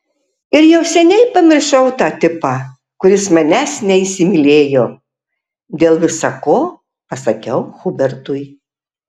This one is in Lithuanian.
ir jau seniai pamiršau tą tipą kuris manęs neįsimylėjo dėl visa ko pasakiau hubertui